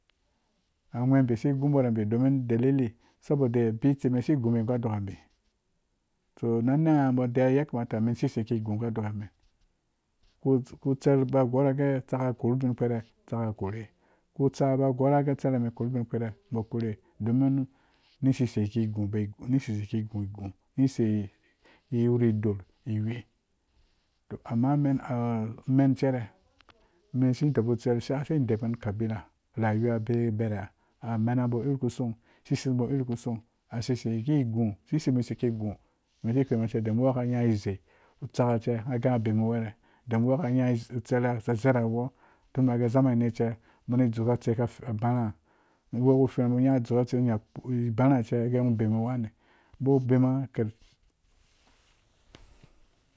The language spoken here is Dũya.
Agweembi si gubo rabi domin delili saboda bi tsiti si gũbi gu dokabi so na nangha bo deiwa yakamata men sisei ki gũ gu dokamen ku tser ba gora gee tsaka korhu bin kɛrɛ tsaka korhe ku tsaka ba gora gee tserha ne bo korhe domin nu sei kigũ gũ ni sei ki wuri or iwe. zo amma men cere men zi dobu tser sakisi debumen kabila rhayuwa bi bɛrɛ a mena wihukuson sisei urhu kusong a sesei yiki gũ si sesei yiki gũ men si ghween men ce dake bɔɔ ka nya izei tsaka cɛ ngha gee ngha bemu wɛrɛ dem bɔɔ ka nya tsɛrɛ zezeragha tun ba gee zamani ce bo ni zuka a tsei ka barha nergwo ku firha ce nya ngha dzuka tsei ngho nya bãrhã nergwo ku furhã ce nya ngha dzuka tsei ngho nya bãrhã ce ngho gee bemu wan ba bemu ker